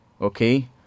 okay